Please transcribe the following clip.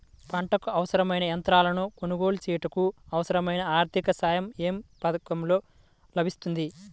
పంటకు అవసరమైన యంత్రాలను కొనగోలు చేయుటకు, అవసరమైన ఆర్థిక సాయం యే పథకంలో లభిస్తుంది?